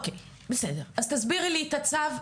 אז תסבירי לי את הצו,